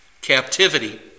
captivity